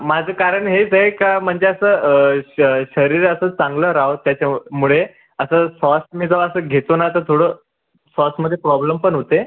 माझं कारण हेच आहे का म्हणजे असं शरीर असं चांगलं राहावं त्याच्यामुळे असं श्वास मी असं जो घेतो ना तर थोडं श्वासामध्ये प्रॉब्लेम पण होते